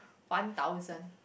one thousand